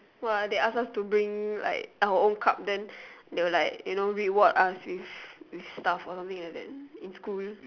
!wah! they ask us to bring like our own cup then they will like you know reward us with stuff or something like that in school